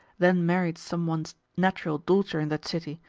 then married some one's natural daughter in that city,